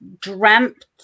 dreamt